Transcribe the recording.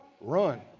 run